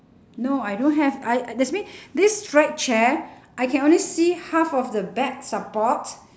no I don't have I that's mean this stripe chair I can only see half of the back support